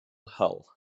hull